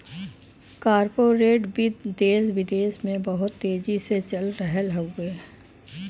corporate वित्त देस विदेस में बहुत तेजी से चल रहल हउवे